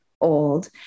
old